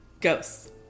ghosts